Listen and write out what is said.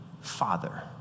father